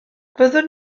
fyddwn